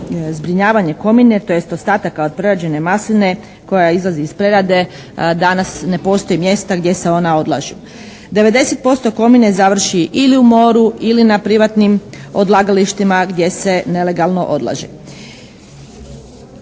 zbrinjavanje komine, tj. ostataka od prerađene masline koja izlazi iz prerade danas ne postoji mjesta gdje se ona odlaže. 90% komine završi ili u moru ili na privatnim odlagalištima gdje se nelegalno odlaže.